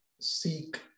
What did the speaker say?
seek